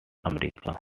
america